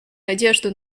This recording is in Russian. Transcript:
надежду